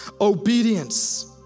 Obedience